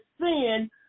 sin